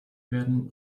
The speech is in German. werden